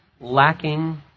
lacking